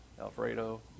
Alfredo